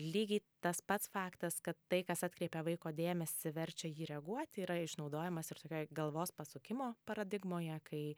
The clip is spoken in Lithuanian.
lygiai tas pats faktas kad tai kas atkreipia vaiko dėmesį verčia jį reaguoti yra išnaudojamas ir tokioj galvos pasukimo paradigmoje kai